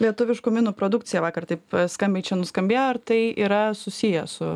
lietuviškų minų produkcija vakar taip skambiai čia nuskambėjo ar tai yra susiję su